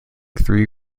three